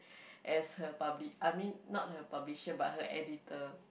as her publi~ I mean not her publisher but her editor